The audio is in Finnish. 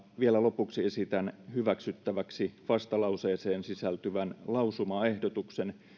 vielä lopuksi esitän hyväksyttäväksi vastalauseeseen sisältyvän lausumaehdotuksen